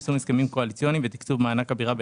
יישום הסכמים קואליציוניים ותקצוב מענק הבירה,